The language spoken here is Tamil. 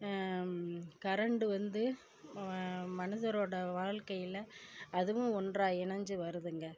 கரண்ட் வந்து மனிதரோட வாழ்க்கையில அதுவும் ஒன்றாக இணைஞ்சி வருதுங்க